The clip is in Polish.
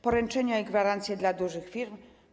Poręczenia i gwarancje dla dużych firm.